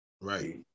Right